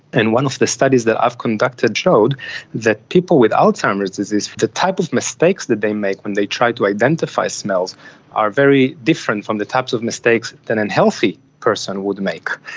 and one of the studies that i've conducted showed that people with alzheimer's disease, the type of mistakes that they make when they try to identify smells are very different from the types of mistakes that a and healthy person would make.